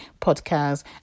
podcast